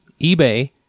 eBay